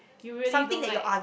you really don't like